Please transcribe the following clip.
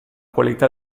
qualità